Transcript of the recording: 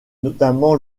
notamment